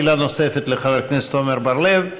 שאלה נוספת לחבר הכנסת עמר בר-לב,